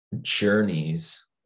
journeys